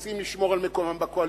רוצים לשמור על מקומם בקואליציה,